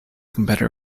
competitor